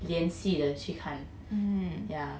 连续得去看 yeah